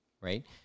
right